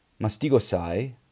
mastigosai